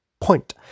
point